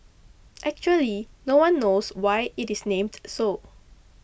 actually no one knows why it is named so